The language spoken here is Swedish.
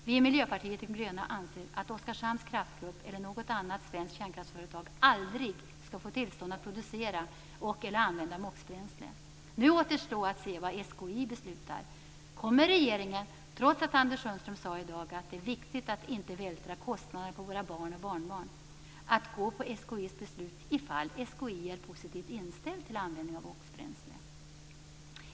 Vi i Miljöpartiet de gröna anser att Oskarshamns Kraftgrupp eller något annat svenskt kärnkraftsföretag aldrig skall få tillstånd att producera eller använda MOX-bränsle. Nu återstår att se vad SKI beslutar. Kommer regeringen, trots att Anders Sundström i dag sade att det är viktigt att inte vältra över kostnader på våra barn och barnbarn, att gå på SKI:s beslut om det är positivt inställt till användning av MOX-bränsle?